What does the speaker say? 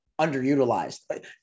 underutilized